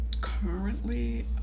Currently